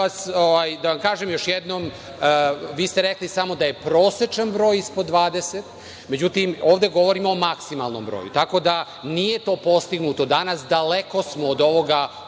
vam kažem još jednom, vi ste rekli da je prosečan broj ispod 20. Međutim, ovde govorimo o maksimalnom broju. Nije to postignuto danas. Daleko smo od ovoga